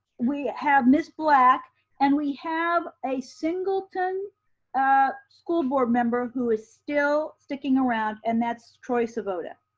we have ms. black and we have a singleton school board member who is still sticking around and that's troy tsubota.